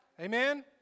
Amen